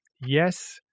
yes